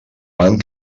van